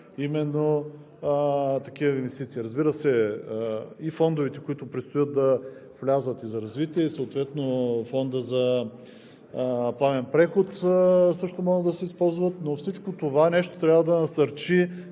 именно такива инвестиции. Разбира се, и фондовете, които предстоят да влязат и за развитие, и съответно и Фондът за плавен преход, също може да се използва, но всичкото това нещо трябва да насърчи